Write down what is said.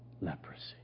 leprosy